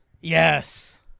Yes